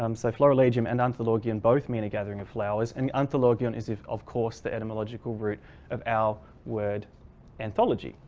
um so florilegium and antilogium both mean a gathering of flowers and antilogium is if of course the etymological root of our word anthology.